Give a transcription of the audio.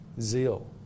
zeal